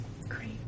Great